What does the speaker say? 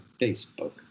Facebook